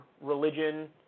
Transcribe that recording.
religion